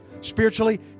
spiritually